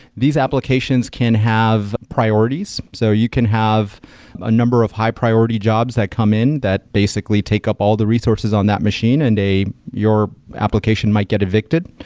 these applications can have priorities. so you can have a number of high-priority jobs that come in that basically take up all the resources on that machine and your application might get evicted.